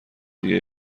دیگه